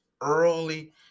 early